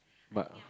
but